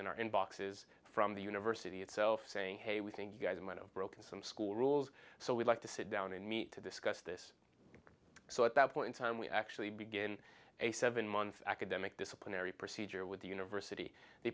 in our inbox is from the university itself saying hey we think you guys might have broken some school rules so we'd like to sit down and meet to discuss this so at that point in time we actually begin a seven month academic disciplinary procedure with the university the